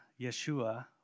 Yeshua